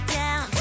down